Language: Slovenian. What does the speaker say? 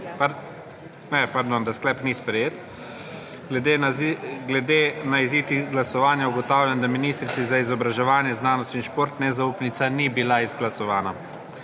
Ugotavljam, da sklep ni sprejet. Glede na izid glasovanja ugotavljam, da ministrici za izobraževanje, znanost in šport nezaupnica ni bila izglasovana.